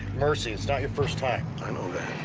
mercy. it's not your first time. i know that.